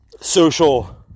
social